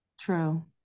true